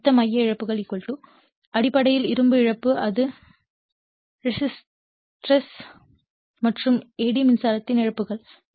எனவே மொத்த மைய இழப்புகள் அடிப்படையில் இரும்பு இழப்பு இது ஹிஸ்டெரெஸிஸ் மற்றும் எடி மின்சாரத்தின் இழப்புகள்